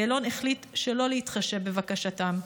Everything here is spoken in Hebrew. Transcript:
יעלון החליט לא להתחשב בבקשתם.